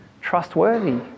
trustworthy